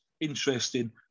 interesting